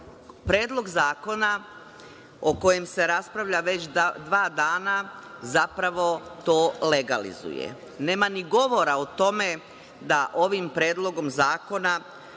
Predlog zakona o kojem se raspravlja već dva dana zapravo to legalizuje i nema ni govora o tome da ovim Predlogom zakona